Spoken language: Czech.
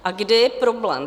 A kde je problém?